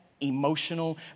emotional